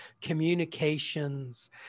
communications